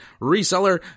reseller